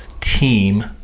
team